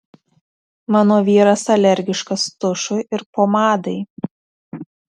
mano vyras alergiškas tušui ir pomadai